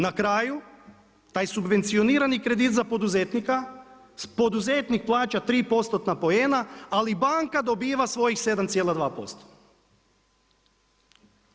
Na kraju, taj subvencionirani kredit za poduzetnika poduzetnik plaća 3%-tna poena ali banka dobiva svojih 7,2%